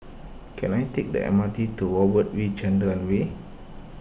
can I take the M R T to Robert V Chandran Way